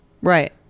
Right